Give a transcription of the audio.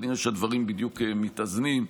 כנראה שהדברים בדיוק מתאזנים.